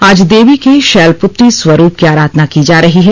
आज देवी के शैलपुत्री स्वरूप की आराधना की जा रही है